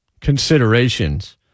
considerations